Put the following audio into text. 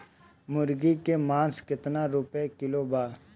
मुर्गी के मांस केतना रुपया किलो बा?